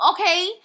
Okay